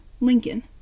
Lincoln